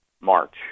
March